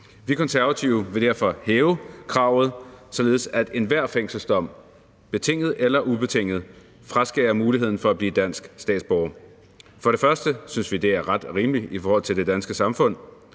Vi Konservative vil derfor hæve kravet, således at enhver fængselsdom – betinget eller ubetinget – fraskærer muligheden for at blive dansk statsborger. For det første synes vi, det er ret og rimeligt over for det danske samfund.